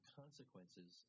consequences